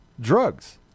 drugs